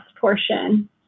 portion